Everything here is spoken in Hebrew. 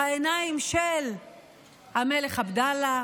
בעיניים של המלך עבדאללה.